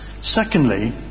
Secondly